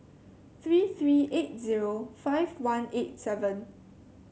three three eight zero five one eight seven